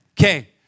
Okay